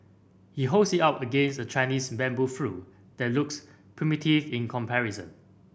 he holds it up against a Chinese bamboo flute that looks primitive in comparison